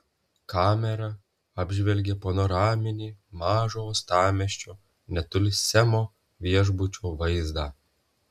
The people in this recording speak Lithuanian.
kamera apžvelgė panoraminį mažo uostamiesčio netoli semo viešbučio vaizdą